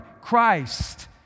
Christ